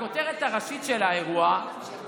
הכותרת הראשית של האירוע, יש לך